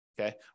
Okay